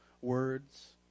words